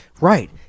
Right